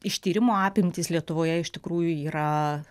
ištyrimo apimtys lietuvoje iš tikrųjų yra